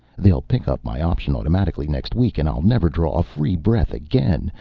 they'll pick up my option automatically next week and i'll never draw a free breath again.